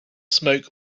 smoke